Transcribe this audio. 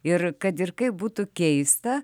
ir kad ir kaip būtų keista